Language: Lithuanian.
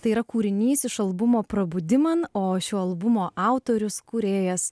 tai yra kūrinys iš albumo prabudiman o šio albumo autorius kūrėjas